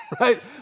Right